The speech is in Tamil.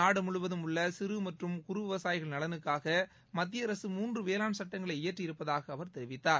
நாடு முழுவதும் உள்ள சிறு மற்றும் குறு விவசாயிகள் நலனுக்காக மத்திய அரசு மூன்று வேளாண் சட்டங்களை இயற்றி இருப்பதாக அவர் தெரிவித்தார்